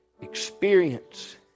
experience